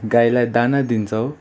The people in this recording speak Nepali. गाईलाई दाना दिन्छौँ